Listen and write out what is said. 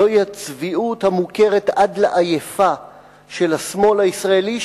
זוהי הצביעות המוכרת עד לעייפה של השמאל הישראלי,